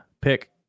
Pick